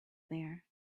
there